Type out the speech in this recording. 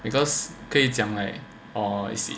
because 可以讲 like oh